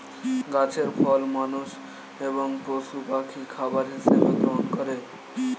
গাছের ফল মানুষ এবং পশু পাখি খাবার হিসাবে গ্রহণ করে